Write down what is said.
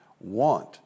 want